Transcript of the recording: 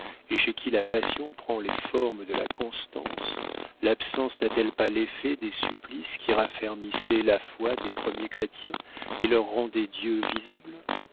et chez qui la passion prend les formes de la constance l'absence n'a-t-elle pas l'effet des supplices qui raffermissaient la foi des premiers chrétiens et leur rendaient dieu visible